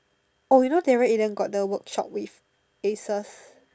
oh you know Daryl-Aiden got the workshop with Acers